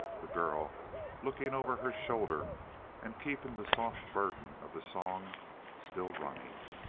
the girl looking over her shoulder and keeping the soft burden of the song still running.